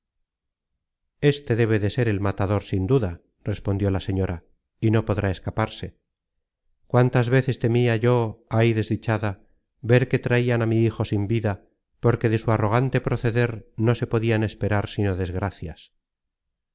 este debe de ser el matador sin duda respondió la señora y no podrá escaparse cuántas veces temia yo jay desdichada ver que traian á mi hijo sin vida porque de su arrogante proceder no se podian esperar sino desgracias